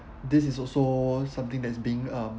this is also something that is being um